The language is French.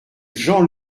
jean